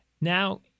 now